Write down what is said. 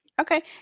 Okay